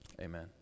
amen